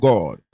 God